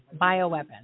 bioweapon